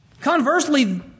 Conversely